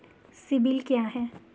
CIBIL क्या है?